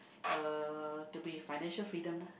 uh to be financial freedom lah